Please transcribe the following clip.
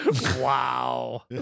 Wow